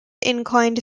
inclined